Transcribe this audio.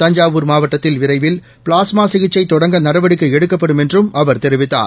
தஞ்சாவூர் மாவட்டத்தில் விரைவில் பிளாஸ்மாசிகிச்சைதொடங்க நடவடிக்கைஎடுக்கப்படும் என்றம் அவர் தெரிவிக்கார்